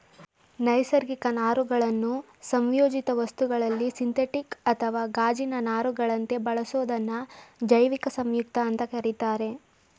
ನೈಸರ್ಗಿಕ ನಾರುಗಳನ್ನು ಸಂಯೋಜಿತ ವಸ್ತುಗಳಲ್ಲಿ ಸಿಂಥೆಟಿಕ್ ಅಥವಾ ಗಾಜಿನ ನಾರುಗಳಂತೆ ಬಳಸೋದನ್ನ ಜೈವಿಕ ಸಂಯುಕ್ತ ಅಂತ ಕರೀತಾರೆ